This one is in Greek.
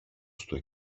στου